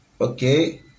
Okay